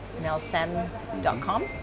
nelson.com